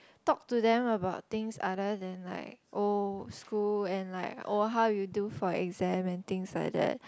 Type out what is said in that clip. talk to them about things other than like oh school and like oh how you do for exam and things like that